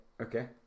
Okay